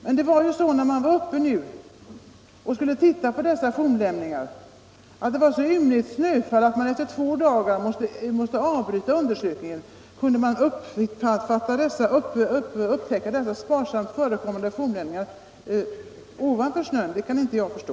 När man var uppe för att titta på dessa fornlämningar var det emellertid ett så ymnigt snöfall att man efter två dagar måste avbryta undersökningen. Kunde man upptäcka dessa sparsamt förekommande fornlämningar ovanför snön? Det kan jag inte förstå.